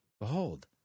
behold